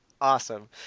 awesome